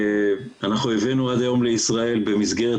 אנחנו הבאנו עד היום לישראל במסגרת